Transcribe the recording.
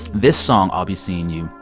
this song, i'll be seeing you,